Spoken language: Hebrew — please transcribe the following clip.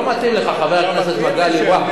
לא מתאים לך, חבר הכנסת מגלי והבה.